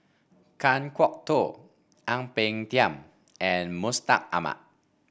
Kan Kwok Toh Ang Peng Tiam and Mustaq Ahmad